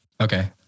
Okay